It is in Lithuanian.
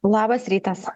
labas rytas